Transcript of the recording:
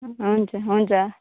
हुन्छ हुन्छ